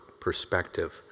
perspective